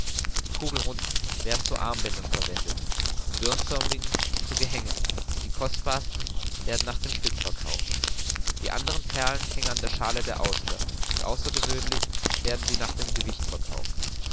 die kugelrunden werden zu armbändern verwendet die birnförmigen zu gehängen und die kostbarsten werden nach dem stück verkauft die anderen perlen hängen an der schale der auster und außergewöhnlich werden sie nach dem gewicht verkauft